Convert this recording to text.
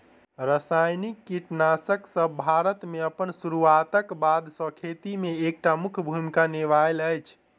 रासायनिक कीटनासकसब भारत मे अप्पन सुरुआत क बाद सँ खेती मे एक टा मुख्य भूमिका निभायल अछि